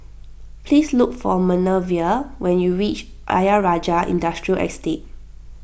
please look for Manervia when you reach Ayer Rajah Industrial Estate